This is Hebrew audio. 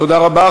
תודה רבה.